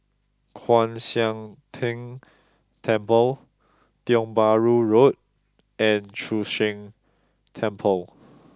Kwan Siang Tng Temple Tiong Bahru Road and Chu Sheng Temple